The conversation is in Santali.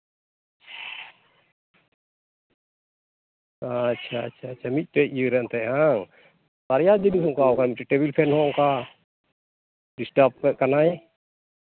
ᱟᱪᱪᱷᱟ ᱟᱪᱪᱷᱟ ᱢᱤᱫᱴᱮᱱ ᱧᱩᱨᱮᱱ ᱛᱟᱭᱟ ᱦᱮᱸᱵᱟᱝ ᱵᱟᱨᱭᱟ ᱡᱤᱱᱤᱥ ᱚᱱᱠᱟᱣᱟᱠᱟᱱᱟ ᱢᱤᱫᱴᱮᱱ ᱴᱮᱵᱤᱞ ᱯᱷᱮᱱ ᱦᱚᱸ ᱚᱱᱠᱟ ᱰᱤᱥᱴᱟᱯᱮᱫ ᱠᱟᱱᱟᱭ